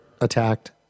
attacked